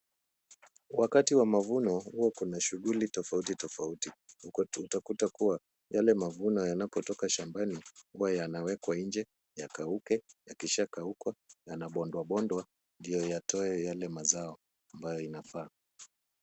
Wakati wa mavuno huwa kuna shughuli tofauti tofauti. Utakuta kuwa yale mavuno yanapotoka shambani, huwa yanawekwa nje yakauke. Yakishakauka yanabondwa bondwa ndio yatoe yale mazao ambayo inafaa.